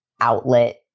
outlet